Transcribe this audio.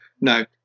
No